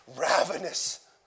ravenous